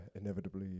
inevitably